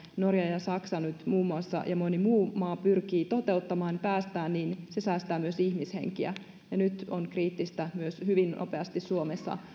nyt muun muassa norja ja saksa ja moni muu maa pyrkivät toteuttamaan niin se säästää myös ihmishenkiä nyt on kriittistä myös suomessa hyvin nopeasti